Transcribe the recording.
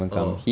oh